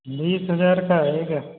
बीस हज़ार का आएगा